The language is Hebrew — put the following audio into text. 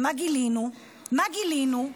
ומה גילינו, מה גילינו?